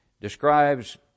describes